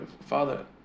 father